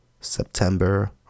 September